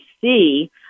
see